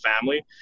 family